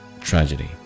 tragedy